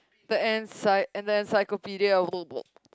the ency~ and the encyclopedia